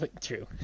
true